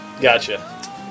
Gotcha